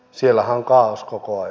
siellä hän kaahauskulkue